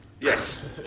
Yes